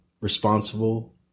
responsible